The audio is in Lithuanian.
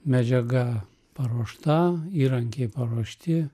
medžiaga paruošta įrankiai paruošti